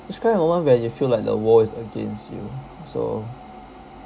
describe a one when you feel like the world is against you so